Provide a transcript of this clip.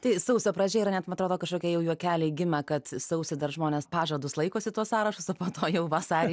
tai sausio pradžia yra net ma atrodo kažkokie jau juokeliai gimę kad sausį dar žmonės pažadus laikosi tuos sąrašus o po to jau vasarį